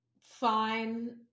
Fine